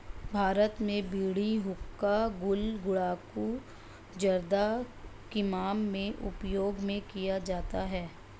भारत में बीड़ी हुक्का गुल गुड़ाकु जर्दा किमाम में उपयोग में किया जाता है